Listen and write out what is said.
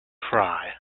cry